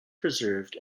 preserved